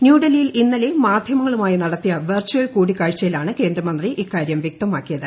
ന്യൂഡൽഹിയിൽ ഇന്നലെ മാധൃമങ്ങളുമായി നടത്തിയ വെർചൽ കൂടിക്കാഴ്ചയിലാ ണ് കേന്ദ്രമന്ത്രി ഇക്കാരൃം വൃക്തമാക്കിയത്